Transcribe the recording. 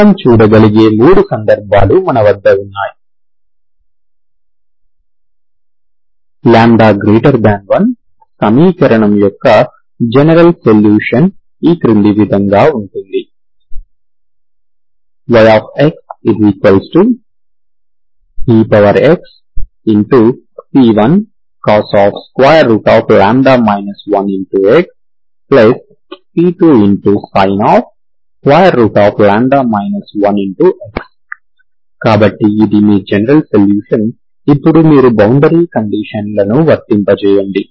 మనము చూడగలిగే 3 సందర్భాలు మన వద్ద ఉన్నాయి λ1 సమీకరణం యొక్క జనరల్ సొల్యూషన్ ఈ క్రింది విధంగా ఉంటుంది yxexc1cos 1xc2sinλ 1x కాబట్టి ఇది మీ జనరల్ సొల్యూషన్ ఇప్పుడు మీరు బౌండరీ కండీషన్ లను వర్తింపజేయండి